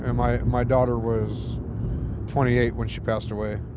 and my my daughter was twenty eight when she passed away